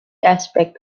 aspect